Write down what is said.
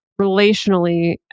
relationally